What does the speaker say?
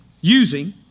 using